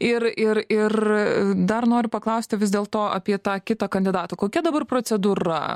ir ir ir dar noriu paklausti vis dėlto apie tą kitą kandidatą kokia dabar procedūra